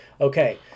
Okay